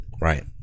Right